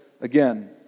again